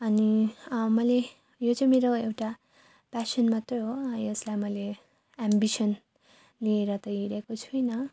अनि मैले यो चाहिँ मेरो एउटा पेसन मात्रै हो यसलाई मैले एम्बिसन लिएर चाहिँ हिँडेको छुइनँ